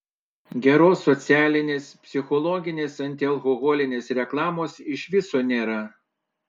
geros socialinės psichologinės antialkoholinės reklamos iš viso nėra